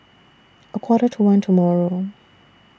A Quarter to one tomorrow